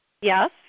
Yes